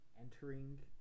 entering